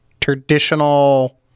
traditional